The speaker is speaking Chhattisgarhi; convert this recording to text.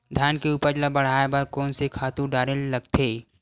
धान के उपज ल बढ़ाये बर कोन से खातु डारेल लगथे?